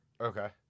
Okay